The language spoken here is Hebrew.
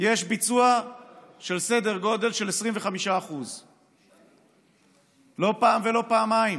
יש ביצוע של סדר גודל של 25%. לא פעם ולא פעמיים